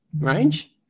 range